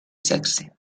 sexe